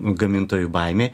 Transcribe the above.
gamintojų baimė